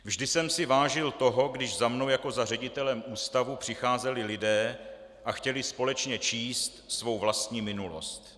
Vždy jsem si vážil toho, když za mnou jako za ředitelem ústavu přicházeli lidé a chtěli společně číst svou vlastní minulost.